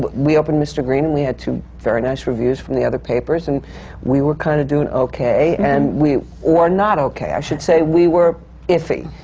but we opened mr. green and we had two very nice reviews from the other papers, and we were kind of doing okay. and or not okay, i should say. we were iffy.